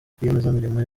rwiyemezamirimo